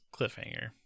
cliffhanger